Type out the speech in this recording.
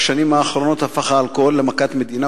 בשנים האחרונות הפך האלכוהול למכת מדינה,